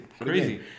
Crazy